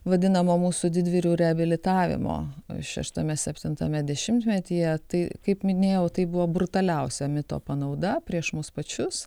vadinamą mūsų didvyrių reabilitavimo šeštame septintame dešimtmetyje tai kaip minėjau tai buvo brutaliausia mito panauda prieš mus pačius